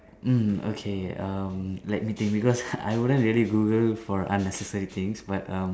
mm okay um let me think because I wouldn't really Google for unnecessary things but um